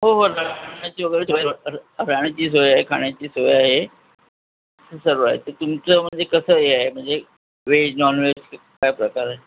हो हो राहण्याची वगैरे सो राहण्याची सोय आहे खाण्याची सोय आहे सर्व आहे तर तुमचं म्हणजे कसं हे आहे म्हणजे व्हेज नॉनव्हेज काय प्रकार आहे